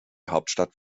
hauptstadt